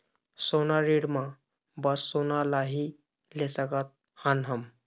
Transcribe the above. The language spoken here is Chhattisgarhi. सोना ऋण मा बस सोना ला ही ले सकत हन हम?